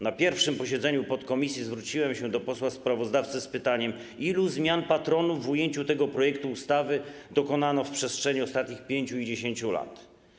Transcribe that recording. Na pierwszym posiedzeniu podkomisji zwróciłem się do posła sprawozdawcy z pytaniem, ilu zmian patronów w ujęciu tego projektu ustawy dokonano w ciągu ostatnich 5 i 10 lat.